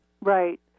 Right